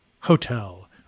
Hotel